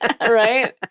Right